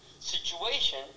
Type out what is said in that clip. Situation